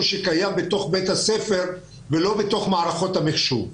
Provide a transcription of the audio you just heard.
שקיים בתוך בית הספר ולא בתוך מערכות המחשוב.